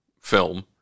film